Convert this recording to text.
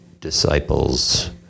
disciples